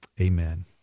Amen